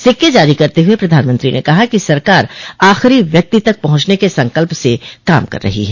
सिक्के जारी करते हुए प्रधानमंत्री ने कहा कि सरकार आखिरी व्यक्ति तक पहुंचने के संकल्प से काम कर रही है